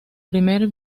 primer